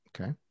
Okay